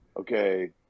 okay